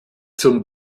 zum